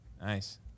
Nice